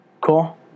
cool